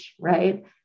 right